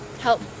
help